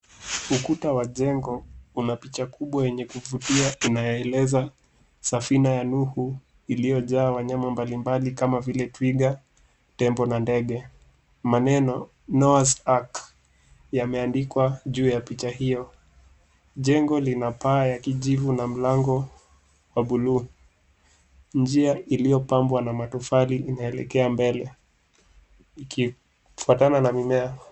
Ukuta wa jengo una jengo una picha kubwa ya kuvutia inayoeleza safina ya Nuhu iliyojaa wanyama mbalimbali kama vile twiga, tembo na ndege. Maneno Noah's Ark yameandikwa juu ya picha hiyo. Jengo lina paa ya kijivu na mlango wa buluu. Njia iliyopambwa na matofali inaelekea mbele ikifuatana na mimea.